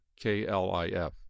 KLIF